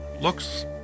Looks